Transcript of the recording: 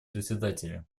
председателя